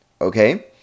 okay